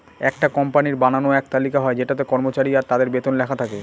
একটা কোম্পানির বানানো এক তালিকা হয় যেটাতে কর্মচারী আর তাদের বেতন লেখা থাকে